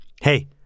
Hey